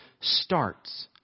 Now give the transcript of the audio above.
starts